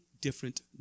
different